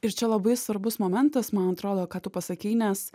ir čia labai svarbus momentas man atrodo ką tu pasakei nes